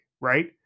right